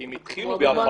כי הם התחילו בהפרה.